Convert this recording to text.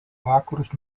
vakarus